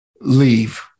Leave